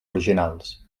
originals